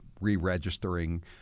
re-registering